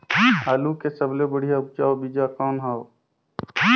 आलू के सबले बढ़िया उपजाऊ बीजा कौन हवय?